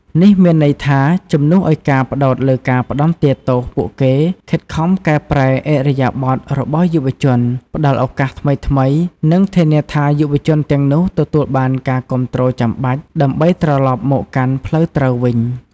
នេះមានន័យថា ជំនួសឱ្យការផ្តោតលើការផ្តន្ទាទោស ពួកគេខិតខំកែប្រែឥរិយាបថរបស់យុវជន ផ្តល់ឱកាសថ្មីៗ និងធានាថាយុវជនទាំងនោះទទួលបានការគាំទ្រចាំបាច់ដើម្បីត្រឡប់មកកាន់ផ្លូវត្រូវវិញ។